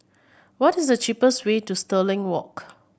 what is the cheapest way to Stirling Walk